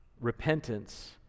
repentance